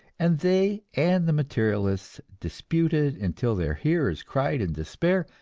and they and the materialists disputed until their hearers cried in despair,